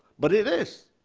but it is.